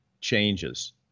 changes